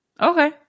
Okay